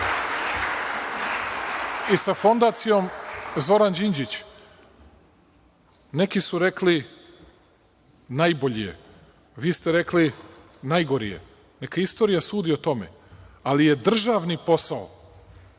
i sa Fondacijom Zoran Đinđić neki su rekli najbolji je, vi ste rekli najgori je, neka istorija sudi o tome, ali je državni posao